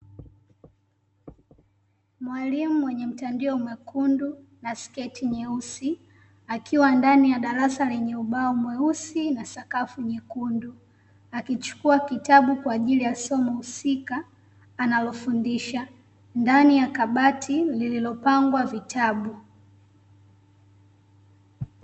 Mwalimu mwenye mtandio mwekundu na sketi nyeusi, akiwa ndani ya darasa lenye ubao mweusi, na sakafu nyekundu, akichukua kitabu kwaajili ya somo husika analofundisha, ndani ya kabati lililopangwa vitabu .